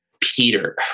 Peter